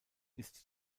ist